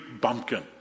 bumpkin